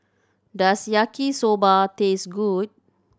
does Yaki Soba taste good